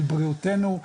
על בריאותנו,